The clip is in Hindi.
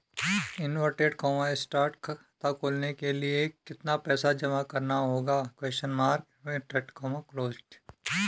खाता खोलने के लिये कितना पैसा जमा करना होगा?